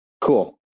cool